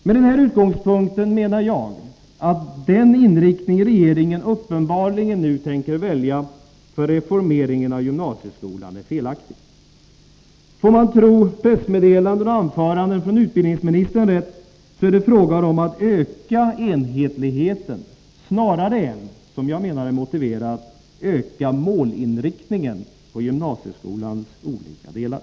Med den här utgångspunkten menar jag att den inriktning regeringen nu uppenbarligen tänker välja för reformeringen av gymnasieskolan är felaktig. Får man tro pressmeddelanden och anföranden från utbildningsministern rätt, är det fråga om att öka enhetligheten snarare än att, som jag menar är motiverat, öka målinriktningen på gymnasieskolans olika delar.